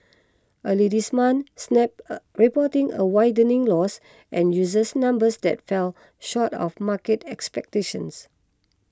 early this month Snap reporting a widening loss and user numbers that fell short of market expectations